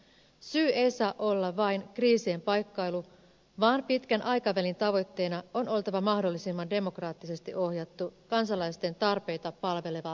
syy ei saa olla vain kriisien paikkailu vaan pitkän aikavälin tavoitteena on oltava mahdollisimman demokraattisesti ohjattu kansalaisten tarpeita palveleva rahajärjestelmä